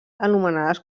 anomenades